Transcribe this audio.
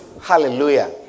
Hallelujah